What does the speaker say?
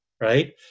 right